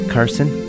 Carson